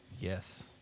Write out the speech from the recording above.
Yes